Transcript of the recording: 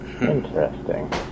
Interesting